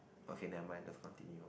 okay never mind just continue